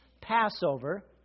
Passover